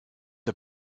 are